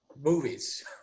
movies